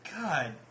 God